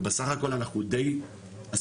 ובסך הכל אנחנו דיי עסוקים.